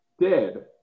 dead